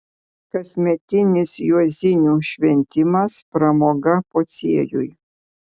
kasmetinis juozinių šventimas pramoga pociejui